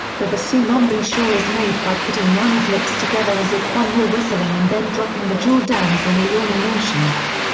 the bassoon um embouchure is made by putting one's lips together as if one were whistling and then dropping the jaw down as in a yawning motion.